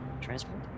transport